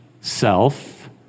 self